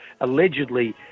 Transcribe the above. allegedly